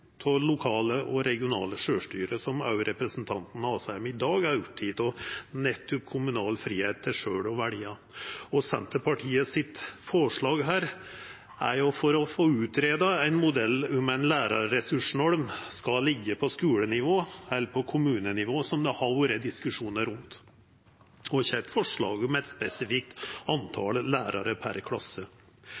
lokale og regionale sjølvstyre, som òg representanten Asheim i dag er oppteken av – kommunal fridom til sjølv å velja. Senterpartiet sitt forslag her er for å få greidd ut ein modell om ein lærarressursnorm skal liggja på skulenivå eller på kommunenivå, som det har vore diskusjonar rundt, og ikkje eit forslag om eit spesifikt tal på lærarar per klasse.